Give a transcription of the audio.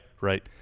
Right